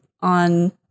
on